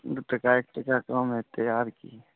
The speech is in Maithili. दू टका एक टका कम हेतै आर की